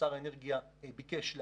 עוד לפני שהייתי בתפקיד,